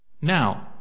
Now